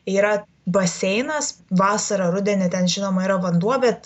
yra baseinas vasarą rudenį ten žinoma yra vanduo bet